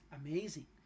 amazing